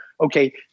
Okay